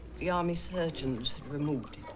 the army surgeons had removed